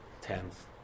Tenth